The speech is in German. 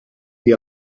die